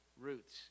Roots